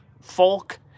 folk